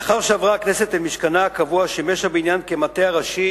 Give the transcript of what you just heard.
לאחר שעברה הכנסת למשכנה הקבוע שימש הבניין כמטה הראשי